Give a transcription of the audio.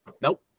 Nope